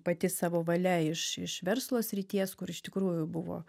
pati savo valia iš iš verslo srities kur iš tikrųjų buvo